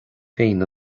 féin